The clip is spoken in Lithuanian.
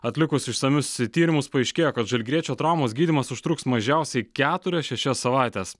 atlikus išsamius tyrimus paaiškėjo kad žalgiriečio traumos gydymas užtruks mažiausiai keturias šešias savaites